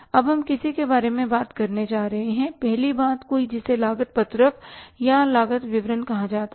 अब हम किसी के बारे में बात करने जा रहे हैं पहली बात कोई जिसे लागत पत्रक या लागत विवरण कहा जाता है